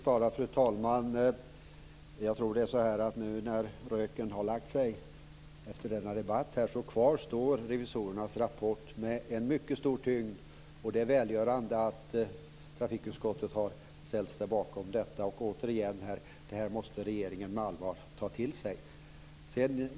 Fru talman! Jag tror att när röken har lagt sig efter denna debatt står revisorernas rapport kvar med en mycket stor tyngd. Det är välgörande att trafikutskottet har ställt sig bakom detta. Återigen måste regeringen på allvar ta till sig det här.